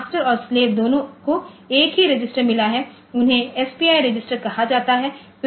master और slave दोनों को एक ही रजिस्टर मिला है उन्हें एसपीआई रजिस्टर कहा जाता है